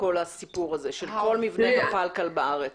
של כל מבני הפלקל בארץ?